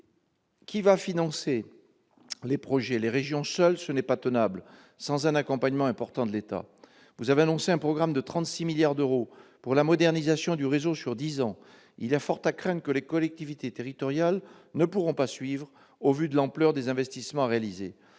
Qui va financer les projets ? Les régions seules ? Ce n'est pas tenable, sans un accompagnement important de l'État. Madame la ministre, vous avez annoncé un programme de 36 milliards d'euros pour la modernisation du réseau sur dix ans. Il y a fort à craindre que les collectivités territoriales ne soient pas en mesure de suivre, au regard de l'ampleur des investissements à réaliser.